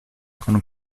con